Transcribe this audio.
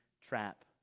trap